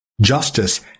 Justice